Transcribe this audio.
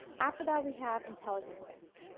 after that we have intelligence events.